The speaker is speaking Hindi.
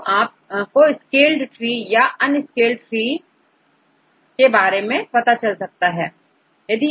तो यहां आपको स्केल्ड ट्री और unscaled ट्री से पता चल सकता है